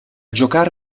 giocare